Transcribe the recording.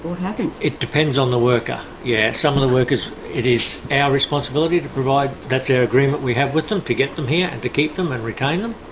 happens? it depends on the worker. yeah, some of the workers it is our responsibility to provide, that's our agreement we have with them to get them here and to keep them and retain them,